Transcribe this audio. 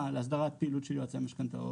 להסדרת הפעילות של יועצי המשכנתאות.